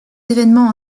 événements